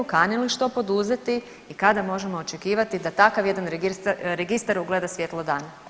Kani li što poduzeti i kada možemo očekivati da takav jedan registar ugleda svjetlo dana?